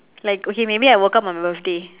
like okay maybe I woke up on my birthday